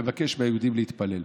לבקש מהיהודים להתפלל.